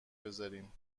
بزاریم